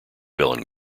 villain